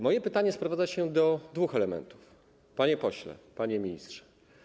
Moje pytanie sprowadza się do dwóch elementów, panie pośle, panie ministrze.